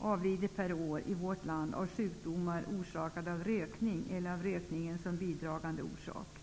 årligen avlider i vårt land till följd av sjukdomar orsakade av rökning, eller också har rökningen varit en bidragande orsak.